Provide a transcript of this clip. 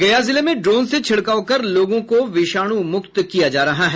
गया जिले में ड्रोन से छिड़काव कर लोगों को विषाणु मुक्त किया जा रहा है